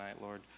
Lord